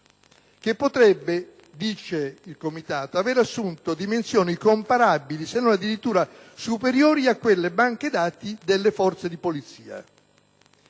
che potrebbe - dice il Comitato - aver assunto dimensioni comparabili, se non addirittura superiori, a quelle di banche dati delle forze di polizia.